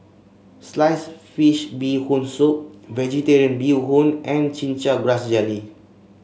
Sliced Fish Bee Hoon Soup vegetarian Bee Hoon and Chin Chow Grass Jelly